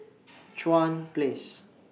Chuan Place